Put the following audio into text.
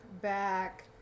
back